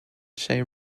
jay